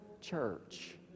church